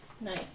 Nice